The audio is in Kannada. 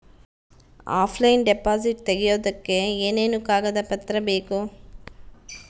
ಆಫ್ಲೈನ್ ಡಿಪಾಸಿಟ್ ತೆಗಿಯೋದಕ್ಕೆ ಏನೇನು ಕಾಗದ ಪತ್ರ ಬೇಕು?